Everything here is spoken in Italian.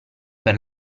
per